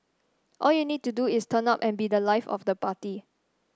all you need to do is turn up and be the life of the party